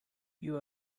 you